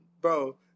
Bro